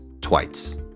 twice